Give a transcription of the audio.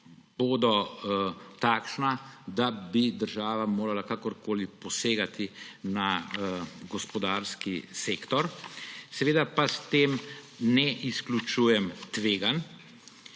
bodo takšna, da bi država morala kakorkoli posegati v gospodarski sektor. Seveda pa s tem ne izključujem tveganj.